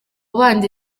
bandi